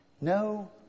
No